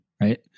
Right